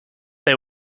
they